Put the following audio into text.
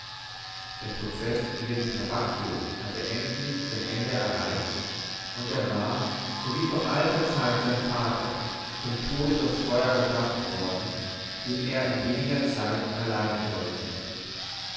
der prozeß wider den trabacchio hatte endlich sein ende erreicht und er war so wie vor alter zeit sein vater zum tode durchs feuer verdammt worden den er in weniger zeit erleiden sollte